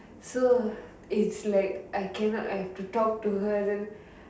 so it's like I cannot I have to talk to her then